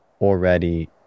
already